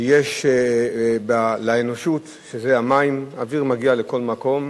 שיש לאנושות, זה המים, אוויר מגיע לכל מקום,